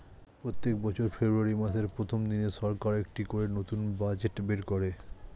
প্রত্যেক বছর ফেব্রুয়ারি মাসের প্রথম দিনে সরকার একটা করে নতুন বাজেট বের করে